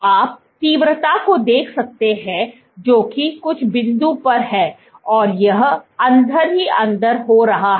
आप तीव्रता को देख सकते हैं जो कि कुछ बिंदु पर है और यह अंदर ही अंदर हो रहा है